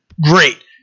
great